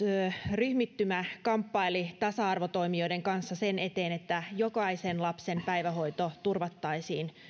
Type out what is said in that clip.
ryhmittymä kamppaili tasa arvotoimijoiden kanssa sen eteen että jokaisen lapsen päivähoito turvattaisiin